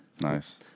Nice